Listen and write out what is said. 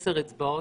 בעשר אצבעות.